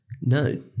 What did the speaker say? No